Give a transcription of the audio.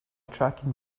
tracking